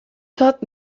taught